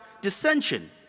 dissension